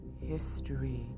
history